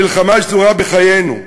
המלחמה שזורה בחיינו,